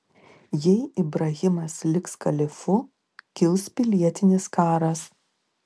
jei ibrahimas liks kalifu kils pilietinis karas